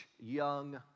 young